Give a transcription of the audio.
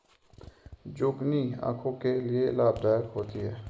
zucchini आंखों के लिए लाभदायक होती है